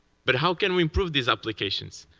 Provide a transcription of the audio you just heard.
but how can we improve these applications?